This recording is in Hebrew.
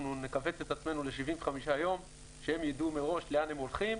אנחנו נכווץ את עצמנו ל-75 יום כדי שהם יידעו מראש לאן הם הולכים.